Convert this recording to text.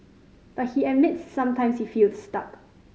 but he admits sometimes he feels stuck